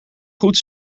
goed